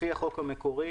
לפי החוק המקורי,